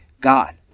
God